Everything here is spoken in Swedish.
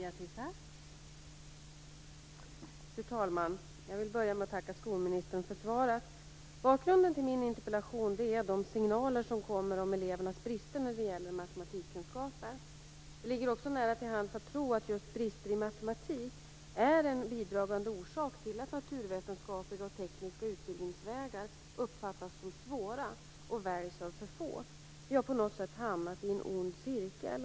Fru talman! Jag vill börja med att tacka skolministern för svaret. Bakgrunden till min interpellation är de signaler som kommer om elevernas brister när det gäller matematikkunskaper. Det ligger också nära till hands att tro att just brister i matematik är en bidragande orsak till att naturvetenskapliga och tekniska utbildningsvägar uppfattas som svåra och väljs av för få. Vi har på något sätt hamnat i en ond cirkel.